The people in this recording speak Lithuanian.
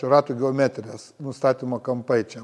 ratų geometrijos nustatymo kampai čia